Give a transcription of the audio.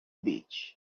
beach